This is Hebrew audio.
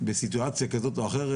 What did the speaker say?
בסיטואציה כזו או אחרת,